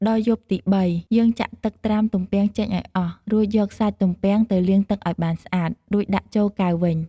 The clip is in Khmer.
ដល់យប់ទីបី យើងចាក់ទឹកត្រាំទំពាំងចេញឱ្យអស់ រួចយកសាច់ទំពាំងទៅលាងទឹកឱ្យបានស្អាត រួចដាក់ចូលកែវវិញ។